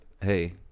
Hey